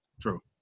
True